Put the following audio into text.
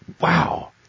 Wow